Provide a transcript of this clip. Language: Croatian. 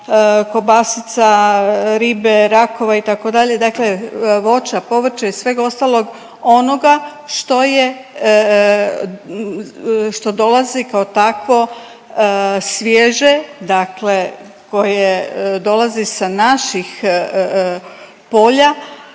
kobasica, ribe, rakova itd. dakle voća, povrća i svega ostalog onoga što je što dolazi kao takvo svježe, dakle koje dolazi sa naših polja